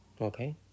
Okay